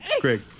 Greg